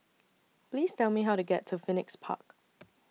Please Tell Me How to get to Phoenix Park